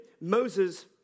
Moses